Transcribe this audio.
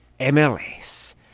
MLS